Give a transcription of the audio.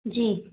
जी